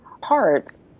parts